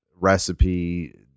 recipe